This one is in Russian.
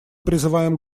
призываем